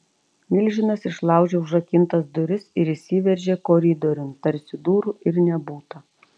milžinas išlaužė užrakintas duris ir įsiveržė koridoriun tarsi durų ir nebūta